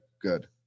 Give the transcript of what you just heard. good